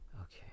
Okay